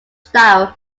style